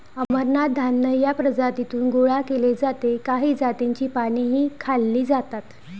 अमरनाथ धान्य या प्रजातीतून गोळा केले जाते काही जातींची पानेही खाल्ली जातात